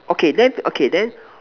okay then okay then